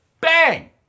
bang